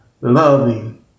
loving